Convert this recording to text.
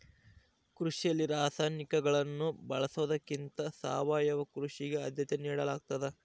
ಕೃಷಿಯಲ್ಲಿ ರಾಸಾಯನಿಕಗಳನ್ನು ಬಳಸೊದಕ್ಕಿಂತ ಸಾವಯವ ಕೃಷಿಗೆ ಆದ್ಯತೆ ನೇಡಲಾಗ್ತದ